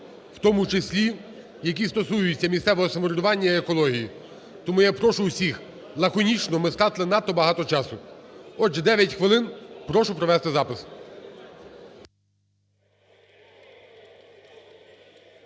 в тому числі які стосуються місцевого самоврядування і екології. Тому я прошу всіх лаконічно, ми втратили надто багато часу. Отже, дев'ять хвилин прошу провести запис.